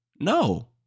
No